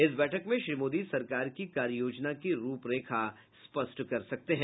इस बैठक में श्री मोदी सरकार की कार्य योजना की रूपरेखा स्पष्ट कर सकते हैं